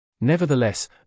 Nevertheless